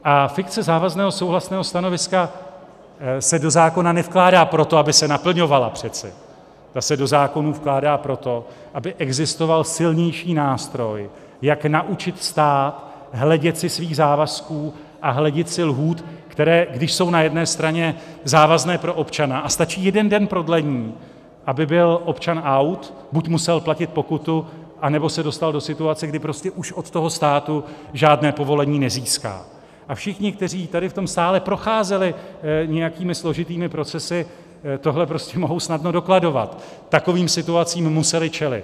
A fikce závazného souhlasného stanoviska se do zákona nevkládá přece proto, aby se naplňovala, ta se do zákonů vkládá proto, aby existoval silnější nástroj, jak naučit stát hledět si svých závazků a hledět si lhůt, které když jsou na jedné straně závazné pro občana, a stačí jeden den prodlení, aby byl občan out, buď musel platit pokutu, anebo se dostal do situace, kdy prostě už od státu žádné povolení nezíská, a všichni, kteří v tom sále procházeli nějakými složitými procesy, tohle prostě mohou snadno dokladovat, takovým situacím museli čelit.